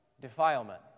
defilement